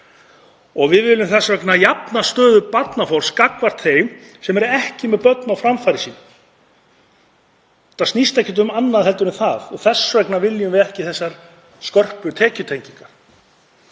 Við viljum þess vegna jafna stöðu barnafólks gagnvart þeim sem eru ekki með börn á framfæri sínu. Þetta snýst ekkert um annað en það og þess vegna viljum við ekki þessar skörpu tekjutengingar.